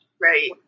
right